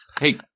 hey